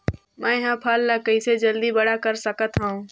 मैं ह फल ला कइसे जल्दी बड़ा कर सकत हव?